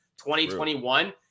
2021